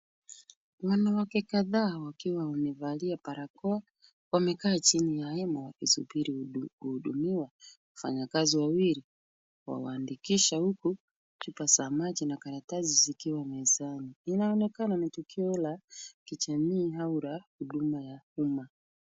Wanawake kadhaa, wakiwa wamevalia barakoa, wamekaa chini ya hema wakisubiri kuhudumiwa. Wafanyikazi wawili wanawaandikisha, huku chupa za maji na karatasi zikiwa mezani, inaonekana ni tukio la kijamii au huduma la umma.